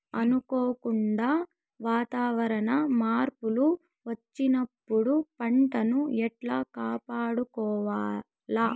అనుకోకుండా వాతావరణ మార్పులు వచ్చినప్పుడు పంటను ఎట్లా కాపాడుకోవాల్ల?